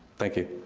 thank you.